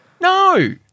No